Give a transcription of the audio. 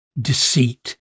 deceit